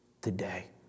today